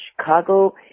Chicago